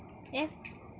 yes